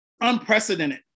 unprecedented